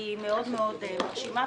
היא מאוד מאוד מרשימה.